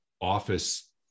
office